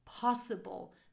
Possible